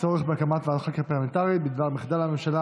הצורך בהקמת ועדת חקירה פרלמנטרית בדבר מחדל הממשלה